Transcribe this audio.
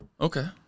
Okay